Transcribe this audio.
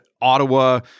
Ottawa